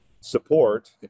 support